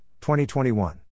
2021